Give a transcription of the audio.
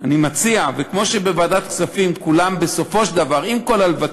חברי הוועדה באמת הצביעו